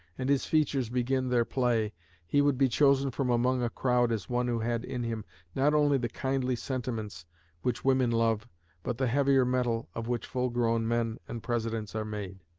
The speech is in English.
and his features begin their play he would be chosen from among a crowd as one who had in him not only the kindly sentiments which women love but the heavier metal of which full-grown men and presidents are made.